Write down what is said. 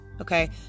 Okay